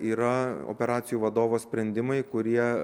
yra operacijų vadovo sprendimai kurie